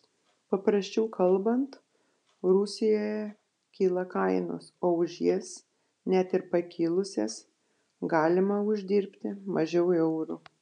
paprasčiau kalbant rusijoje kyla kainos o už jas net ir pakilusias galima uždirbti mažiau eurų